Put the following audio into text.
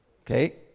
Okay